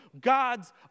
God's